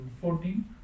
fourteen